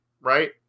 right